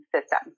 system